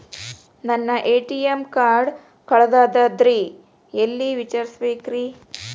ನನ್ನ ATM card ಕಳದದ್ರಿ ಎಲ್ಲಿ ವಿಚಾರಿಸ್ಬೇಕ್ರಿ?